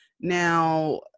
Now